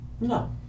No